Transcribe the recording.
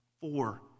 four